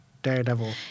Daredevil